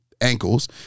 ankles